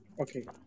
Okay